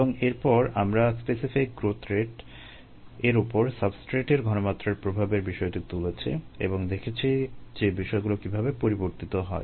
এবং এরপর আমরা স্পেসিফিক গ্রোথ রেট এর উপর সাবস্ট্রেটের ঘনমাত্রার প্রভাবের বিষয়টি তুলেছি এবং দেখেছি যে বিষয়গুলো কীভাবে পরিবর্তিত হয়